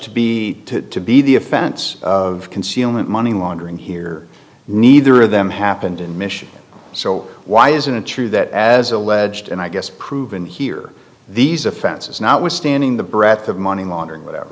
to be to be the offense of concealment money laundering here neither of them happened in michigan so why isn't it true that as alleged and i guess proven here these offenses notwithstanding the breath of money laundering whatever